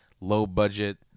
low-budget